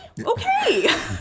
Okay